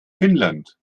finnland